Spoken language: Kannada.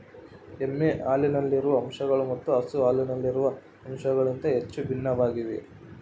ಎಮ್ಮೆ ಹಾಲಿನಲ್ಲಿರುವ ಅಂಶಗಳು ಮತ್ತು ಹಸು ಹಾಲಿನಲ್ಲಿರುವ ಅಂಶಗಳಿಗಿಂತ ಹೇಗೆ ಭಿನ್ನವಾಗಿವೆ?